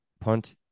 punt